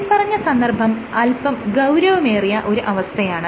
മേല്പറഞ്ഞ സന്ദർഭം അല്പം ഗൌരവമേറിയ ഒരു അവസ്ഥയാണ്